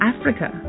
Africa